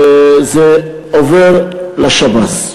זה עובר לשב"ס.